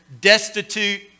destitute